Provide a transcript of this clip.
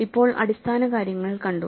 ഇപ്പോൾ അടിസ്ഥാനകാര്യങ്ങൾ കണ്ടു